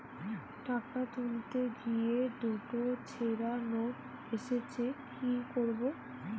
টাকা তুলতে গিয়ে দুটো ছেড়া নোট এসেছে কি করবো?